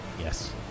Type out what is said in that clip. Yes